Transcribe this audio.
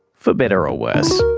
for better or worse.